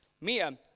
Mia